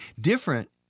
Different